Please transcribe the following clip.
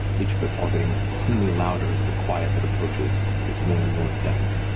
each footfall getting seemingly louder as the quiet that approaches gets more and more deafening.